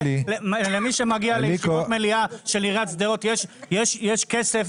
למי שמגיע לישיבות מליאה של עיריית שדרות שם יש כסף,